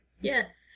Yes